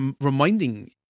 reminding